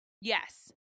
Yes